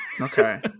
Okay